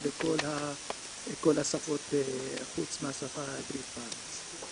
זה בכל השפות חוץ מהשפה העברית והערבית.